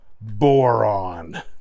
Boron